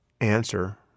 answer